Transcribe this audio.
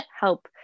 help